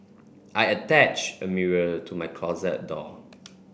I attached a mirror to my closet door